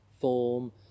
form